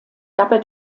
dabei